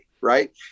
right